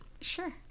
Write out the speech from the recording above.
Sure